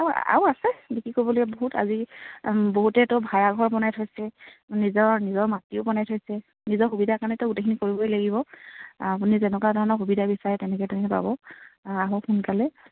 আৰু আছে বিক্ৰী ক'বলৈ বহুত আজি বহুতেতো ভাড়া ঘৰ বনাই থৈছে নিজৰ নিজৰ মাটিও বনাই থৈছে নিজৰ সুবিধাৰ কাৰণেতো গোটেইখিনি কৰিবই লাগিব আপুনি যেনেকুৱা ধৰণৰ সুবিধা বিচাৰে তেনেকৈ তেনেকৈ পাব আহক সোনকালে